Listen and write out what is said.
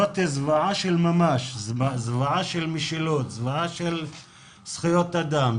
זאת זוועה של ממש, זוועה של זכויות אדם.